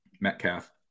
Metcalf